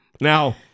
Now